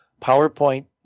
PowerPoint